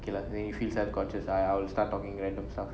okay lah then you feel self conscious I'll start talking random stuff